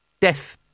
Death